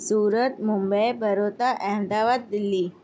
Surat Mumbai Baroda Ahmedabad Delhi